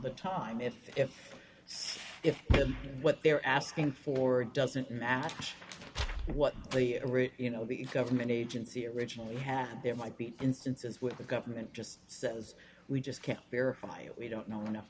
the time if if if what they're asking for doesn't match what you know the government agency originally had there might be instances with the government just says we just can't verify it we don't know enough